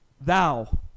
Thou